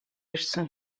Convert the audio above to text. ирсэн